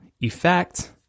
EFFECT